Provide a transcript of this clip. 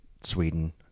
Sweden